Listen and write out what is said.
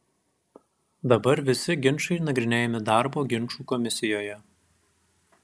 dabar visi ginčai nagrinėjami darbo ginčų komisijoje